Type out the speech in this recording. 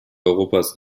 europas